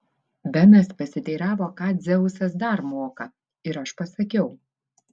benas pasiteiravo ką dzeusas dar moka ir aš pasakiau